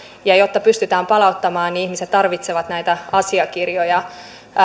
jotta pystytään palauttamaan niin ihmiset tarvitsevat näitä asiakirjoja